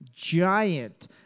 Giant